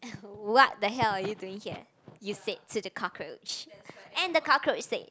what the hell are you doing here you said to the cockroach and the cockroach it said